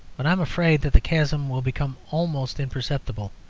but i am afraid that the chasm will become almost imperceptible,